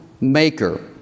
maker